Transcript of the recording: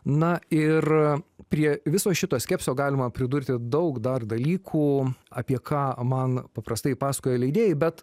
na ir prie viso šito skepsio galima pridurti daug dar dalykų apie ką man paprastai pasakoja leidėjai bet